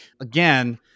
Again